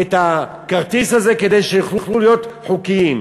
את הכרטיס הזה כדי שיוכלו להיות חוקיים.